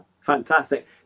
fantastic